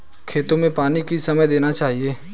खेतों में पानी किस समय देना चाहिए?